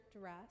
dress